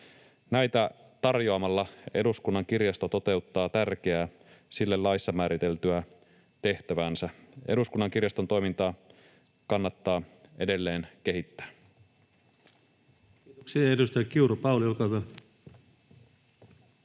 Näitä tarjoamalla Eduskunnan kirjasto toteuttaa tärkeää, sille laissa määriteltyä tehtäväänsä. Eduskunnan kirjaston toimintaa kannattaa edelleen kehittää. [Speech 225] Speaker: